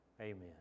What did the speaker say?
Amen